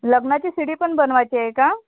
लग्नाची C D पण बनवायची आहे का